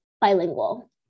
bilingual